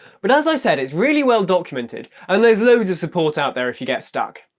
but as i said it's really well documented and there's loads of support out there if you get stuck.